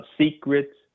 secrets